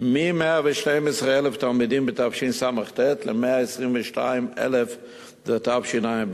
מ-112,000 תלמידים בתשס"ט ל-122,000 בתשע"ב,